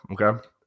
okay